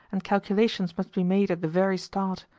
and calculations must be made at the very start.